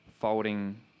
folding